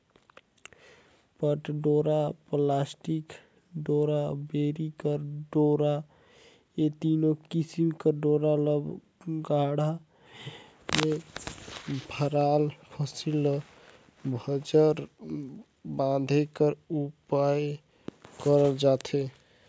पट डोरा, पलास्टिक डोरा, बोरी कर डोरा ए तीनो किसिम कर डोरा ल गाड़ा मे भराल फसिल ल बंजर बांधे बर उपियोग करल जाथे